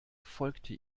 folgte